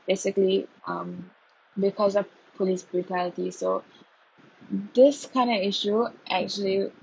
basically um because of police brutality so this kind of issue actually